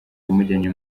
yamujyanye